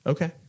Okay